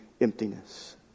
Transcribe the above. emptiness